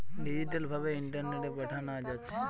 digital ভাবে ইন্টারনেটে পাঠানা যাচ্ছে